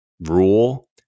rule